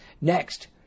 Next